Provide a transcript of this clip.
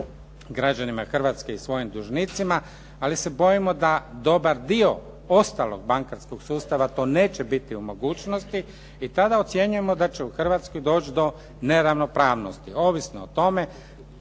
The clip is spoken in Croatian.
građanima Hrvatske i svojim dužnicima. Ali se bojimo da dobar dio ostalog bankarskog sustava to neće biti u mogućnosti i tada ocjenjujemo da će u Hrvatskoj doći do neravnopravnosti ovisno o tome